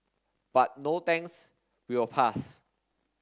but no thanks we'll pass